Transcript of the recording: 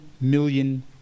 million